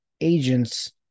agents